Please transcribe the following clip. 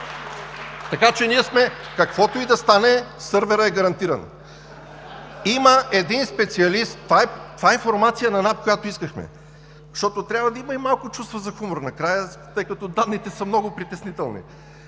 Така че ние сме – каквото и да стане, сървърът е гарантиран. Има един специалист… (Реплики.) Това е информация на НАП, която поискахме, защото трябва да има и малко чувство за хумор накрая, тъй като данните са много притеснителни.